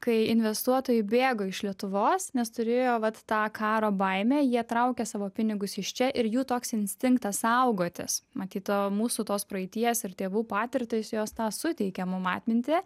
kai investuotojai bėgo iš lietuvos nes turėjo vat tą karo baimę jie traukė savo pinigus iš čia ir jų toks instinktas saugotis matyt to mūsų tos praeities ir tėvų patirtys jos tą suteikia mum atmintį